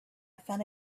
found